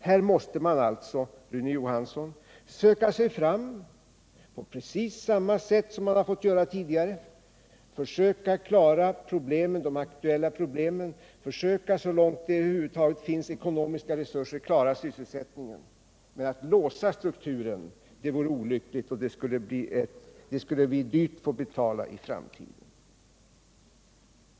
Här måste man alltså, Rune Johansson, söka sig fram på precis samma sätt som man har gjort tidigare, försöka klara de aktuella problemen, försöka så långt det över huvud taget finns ekonomiska resurser att klara sysselsättningen. Men det vore olyckligt att låsa strukturen, och det skulle vi dyrt få betala i framtiden.